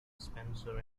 spencer